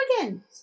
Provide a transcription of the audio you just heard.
again